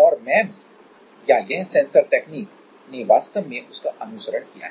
और एमईएमएस या यह सेंसर तकनीक ने वास्तव में उसका अनुसरण किया है